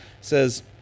says